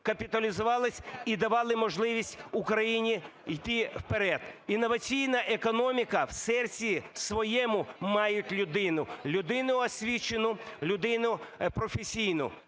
капіталізувались і давали можливість Україні йти вперед. Інноваційна економіка в серці своєму має людину - людину освічену, людину професійну.